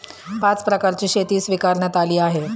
पाच प्रकारची शेती स्वीकारण्यात आली आहे